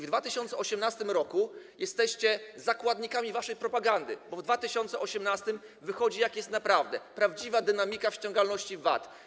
W 2018 r. jesteście zakładnikami waszej propagandy, bo w 2018 r. wychodzi, jak jest naprawdę, wychodzi prawdziwa dynamika ściągalności VAT.